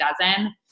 dozen